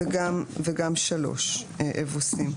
גם (3), אבוסים.